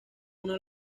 una